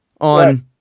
on